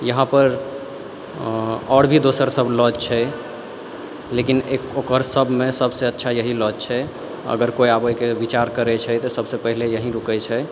यहाँपर आओर भी दोसर सब लॉज छै लेकिन ओकर सबमे सबसँ अच्छा लॉज छै अगर कोइ आबैके विचार करै छै तऽ सबसँ पाहिले यहीँ रुकै छै